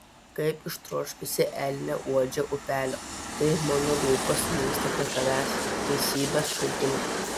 kaip ištroškusi elnė uodžia upelio taip mano lūpos linksta prie tavęs teisybės šaltini